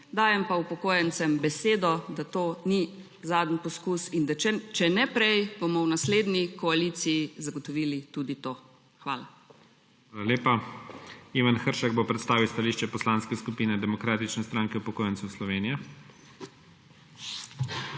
Dajem pa upokojencem besedo, da to ni zadnji poskus. In če ne prej, bomo v naslednji koaliciji zagotovili tudi to. Hvala. **PREDSEDNIK IGOR ZORČIČ:** Hvala lepa. Ivan Hršak bo predstavil stališče Poslanske skupine Demokratične stranke upokojencev Slovenije. **IVAN